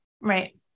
Right